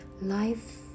Life